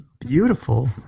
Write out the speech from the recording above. Beautiful